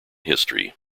history